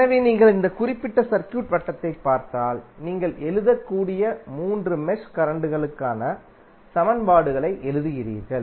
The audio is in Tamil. எனவே நீங்கள் இந்த குறிப்பிட்ட சர்க்யூட் வட்டத்தைப் பார்த்தால் நீங்கள் எழுதக்கூடிய 3 மெஷ் கரண்ட்களுக்கான சமன்பாடுகளை எழுதுகிறீர்கள்